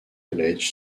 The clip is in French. college